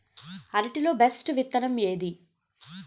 అరటి లో బెస్టు విత్తనం ఏది?